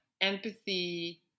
empathy